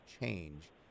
change